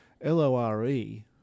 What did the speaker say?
L-O-R-E